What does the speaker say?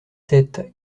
sept